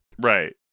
Right